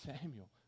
Samuel